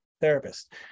therapist